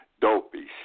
Dopey